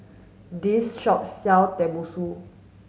this shop sell Tenmusu